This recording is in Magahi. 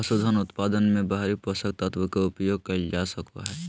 पसूधन उत्पादन मे बाहरी पोषक तत्व के उपयोग कइल जा सको हइ